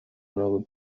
ntago